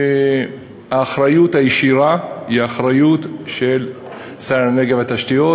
האחריות הישירה היא האחריות של שר האנרגיה והתשתיות,